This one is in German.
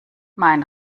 mein